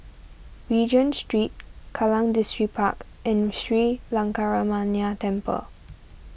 Regent Street Kallang Distripark and Sri Lankaramaya Temple